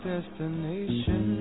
destination